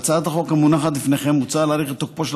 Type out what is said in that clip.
בהצעת החוק המונחת לפניכם מוצע להאריך את תוקפו של